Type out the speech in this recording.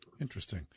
Interesting